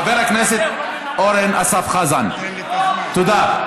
חבר הכנסת אורן אסף חזן, תודה.